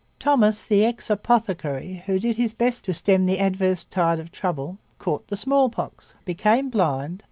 thomas, the ex-apothecary, who did his best to stem the adverse tide of trouble, caught the smallpox, became blind,